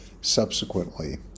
subsequently